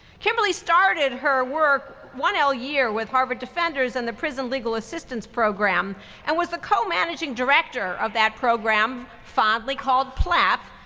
kimberly started her work one l year with harvard defenders in and the prison legal assistance program and was the co-managin director of that program, fondly called plap,